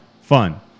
fun